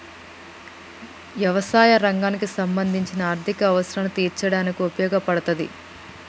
యవసాయ రంగానికి సంబంధించిన ఆర్ధిక అవసరాలను తీర్చడానికి ఉపయోగపడతాది